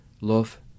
Love